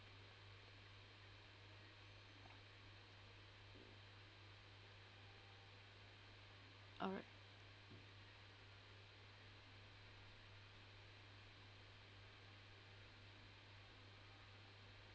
alright